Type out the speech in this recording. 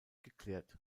geklärt